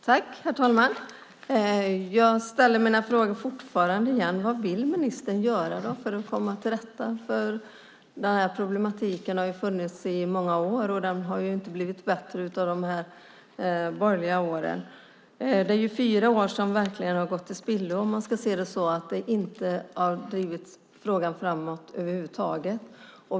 Herr talman! Jag får ställa mina frågor igen. Vad vill ministern göra för att komma till rätta med detta? Denna problematik har funnits i många år, och det har inte blivit bättre under de borgerliga åren. Det är fyra år som verkligen har gått till spillo, för man har inte drivit frågan framåt över huvud taget.